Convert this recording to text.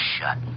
shut